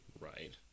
Right